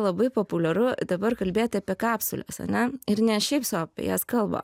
labai populiaru dabar kalbėti apie kapsules ane ir ne šiaip sau apie jas kalba